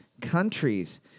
countries